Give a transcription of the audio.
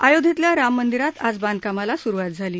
अयोध्येतल्या राम मंदिरात आज बांधकामाला सुरुवात झाली